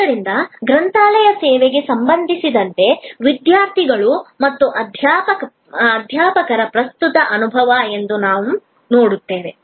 ಆದ್ದರಿಂದ ಗ್ರಂಥಾಲಯ ಸೇವೆಗೆ ಸಂಬಂಧಿಸಿದಂತೆ ವಿದ್ಯಾರ್ಥಿಗಳು ಮತ್ತು ಅಧ್ಯಾಪಕರ ಪ್ರಸ್ತುತ ಅನುಭವ ಎಂದು ನಾವು ನೋಡುತ್ತೇವೆ